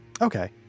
okay